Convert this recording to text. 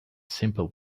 simple